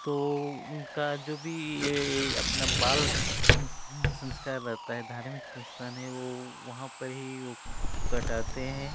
तो उनका जो भी ये अपना बाल संस संस्कार रहता है धार्मिक स्थान है वो वहाँ पर ही वो कटाते हैं